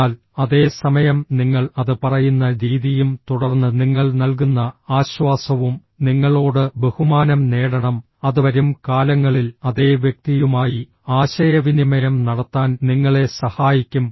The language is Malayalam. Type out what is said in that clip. എന്നാൽ അതേ സമയം നിങ്ങൾ അത് പറയുന്ന രീതിയും തുടർന്ന് നിങ്ങൾ നൽകുന്ന ആശ്വാസവും നിങ്ങളോട് ബഹുമാനം നേടണം അത് വരും കാലങ്ങളിൽ അതേ വ്യക്തിയുമായി ആശയവിനിമയം നടത്താൻ നിങ്ങളെ സഹായിക്കും